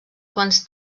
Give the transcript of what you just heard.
quants